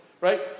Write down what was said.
Right